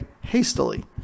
hastily